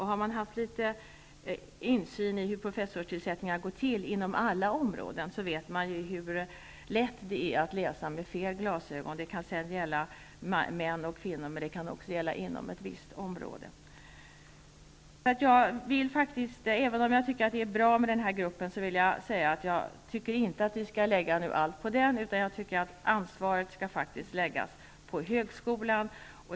Har man haft litet insyn i hur professorstillsättningar går till inom alla områden, vet man hur lätt det är att läsa med fel glasögon. Det kan gälla män och kvinnor men också inom ett visst område. Även om jag tycker att det är bra med den här gruppen, vill jag säga att vi inte skall lägga allt på den, utan ansvaret skall läggas på högskolan.